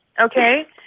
okay